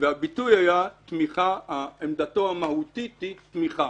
והביטוי היה: עמדתו המהותית היא תמיכה.